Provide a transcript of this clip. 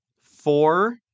four